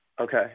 okay